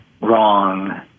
wrong